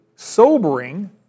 Sobering